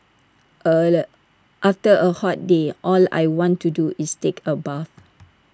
after A hot day all I want to do is take A bath